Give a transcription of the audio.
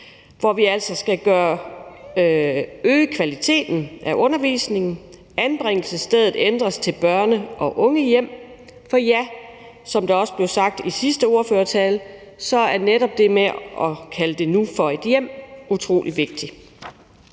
hvor vi altså skal øge kvaliteten af undervisningen. »Anbringelsesstedet« ændres til »børne- og ungehjem«. For som der også blev sagt i den sidste ordførertale, er netop det med nu at kalde det for et hjem utrolig vigtigt.